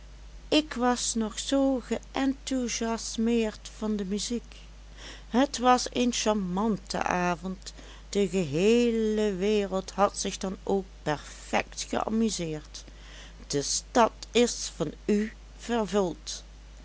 ik was nog zoo geënthusiasmeerd van de muziek het was een charmante avond de geheele wereld had zich dan ook perfect geamuseerd de stad is van u vervuld